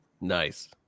Nice